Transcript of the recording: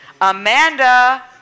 Amanda